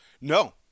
No